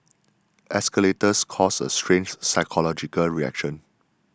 escalators cause a strange psychological reaction